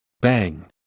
Bang